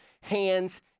hands